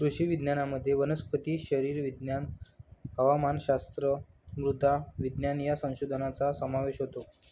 कृषी विज्ञानामध्ये वनस्पती शरीरविज्ञान, हवामानशास्त्र, मृदा विज्ञान या संशोधनाचा समावेश होतो